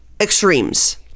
extremes